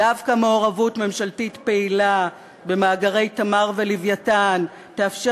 דווקא מעורבות ממשלתית פעילה במאגרי "תמר" ו"לווייתן" תאפשר